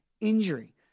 injury